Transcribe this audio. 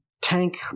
tank